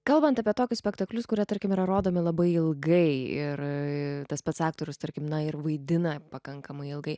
kalbant apie tokius spektaklius kurie tarkim yra rodomi labai ilgai ir tas pats aktorius tarkim na ir vaidina pakankamai ilgai